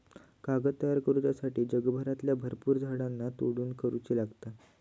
कागद तयार करुच्यासाठी जगभरातल्या भरपुर झाडांची तोड करुची लागता